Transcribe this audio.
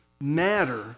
matter